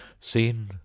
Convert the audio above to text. seen